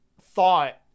thought